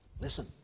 Listen